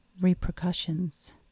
repercussions